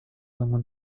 bangun